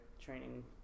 training